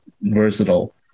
versatile